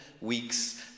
weeks